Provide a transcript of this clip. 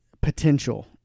potential